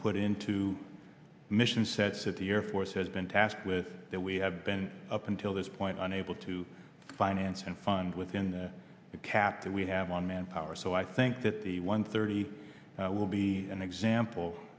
put into mission sets of the air force has been tasked with that we have been up until this point unable to finance and find within the cap that we have on manpower so i think that the one thirty will be an example